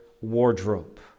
wardrobe